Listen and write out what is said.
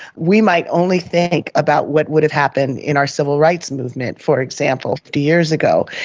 we might only think about what would have happened in our civil rights movement, for example, fifty years ago,